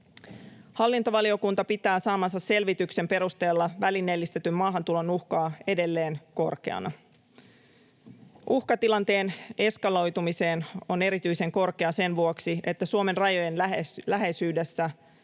Hallintovaliokunta pitää saamansa selvityksen perusteella välineellistetyn maahantulon uhkaa edelleen korkeana. Uhka tilanteen eskaloitumiseen on erityisen korkea sen vuoksi, että Suomen rajojen läheisyydessä